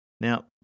Now